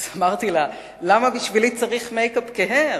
שאלתי: למה צריך בשבילי מייק-אפ כהה?